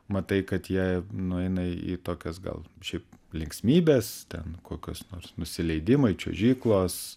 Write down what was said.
matai kad jie nueina į tokias gal šiaip linksmybes ten kokios nors nusileidimai čiuožyklos